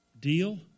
Deal